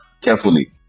carefully